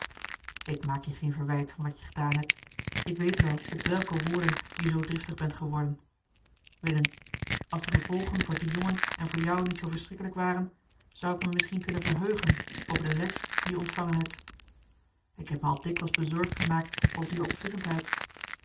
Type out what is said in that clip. ik maak je geen verwijt van wat je gedaan hebt ik weet wel op welke woorden je zoo driftig bent geworden willem als de voor dien jongen en voor jou niet zoo verschrikkelijk waren zou ik me misschien kunnen verheugen over de les die je ontvangen hebt ik heb me al dikwijls bezorgd gemaakt over je opvliegendheid